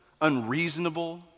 unreasonable